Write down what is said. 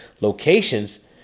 locations